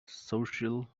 social